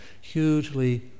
Hugely